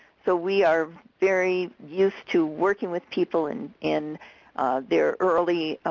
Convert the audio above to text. so, we are very used to working with people in in their early